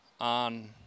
on